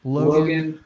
Logan